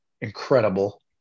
incredible